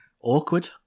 awkward